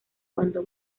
cuando